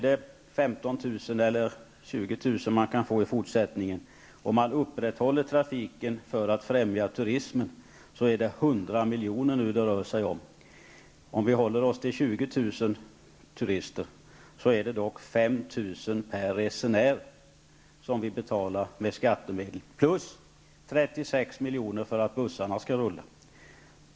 Om man upprätthåller trafiken för att främja turismen och om man kan räkna med 20 000 turister per år i fortsättningen, till en kostnad av 100 milj.kr., skulle vi få betala 5 000 milj.kr. för att bussarna skall rulla.